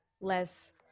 less